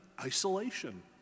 isolation